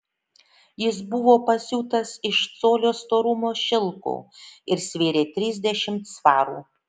jis buvo pasiūtas iš colio storumo šilko ir svėrė trisdešimt svarų